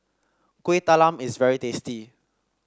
Kuih Talam is very tasty